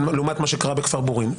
לעומת מה שקרה בכפר בורין,